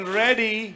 ready